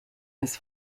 his